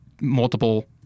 multiple